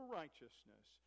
righteousness